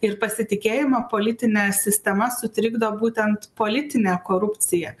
ir pasitikėjimą politine sistema sutrikdo būtent politinė korupcija